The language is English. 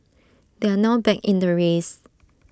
they are now back in the race